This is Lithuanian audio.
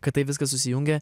kad tai viskas susijungia